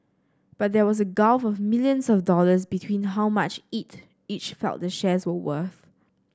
but there was a gulf of millions of dollars between how much it each felt the shares were worth